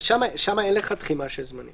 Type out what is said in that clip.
שם אין לך תחימה של זמנים.